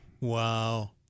Wow